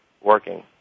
working